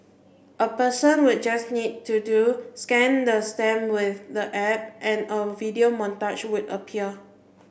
a person would just need to do scan the stamp with the app and a video montage would appear